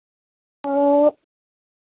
और